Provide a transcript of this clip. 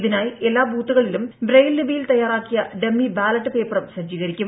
ഇതിനായി എല്ലാ ബൂത്തുകളിലും ബ്രെയ്ൽ ലിപിയിൽ തയ്യാറാക്കിയ ഡമ്മി ബാലറ്റ് പേപ്പറും സജ്ജീകരിക്കും